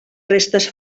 restes